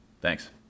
Thanks